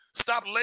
Stop